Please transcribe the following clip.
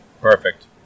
Perfect